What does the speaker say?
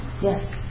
Yes